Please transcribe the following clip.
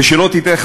ושלא תטעה,